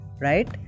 right